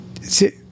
See